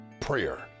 prayer